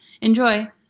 enjoy